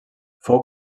fou